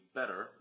better